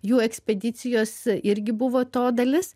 jų ekspedicijos irgi buvo to dalis